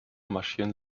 marschieren